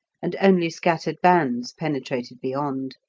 and only scattered bands penetrated beyond.